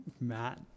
Matt